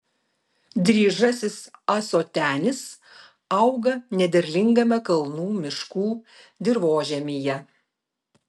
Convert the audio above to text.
dryžasis ąsotenis auga nederlingame kalnų miškų dirvožemyje